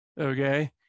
okay